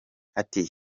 airtel